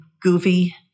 goofy